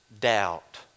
Doubt